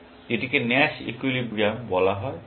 এটাকে Nash equilibrium বলা হয় কেন